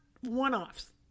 one-offs